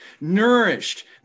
nourished